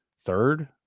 third